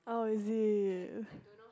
oh is it